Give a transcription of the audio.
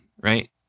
right